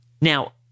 Now